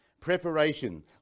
Preparation